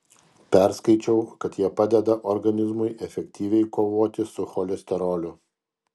perskaičiau kad jie padeda organizmui efektyviai kovoti su cholesteroliu